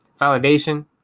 Validation